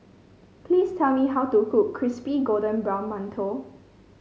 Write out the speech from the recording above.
please tell me how to cook Crispy Golden Brown Mantou